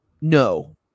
No